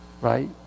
Right